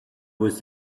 was